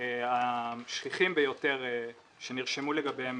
השכיחים ביותר שנרשמו לגביהם,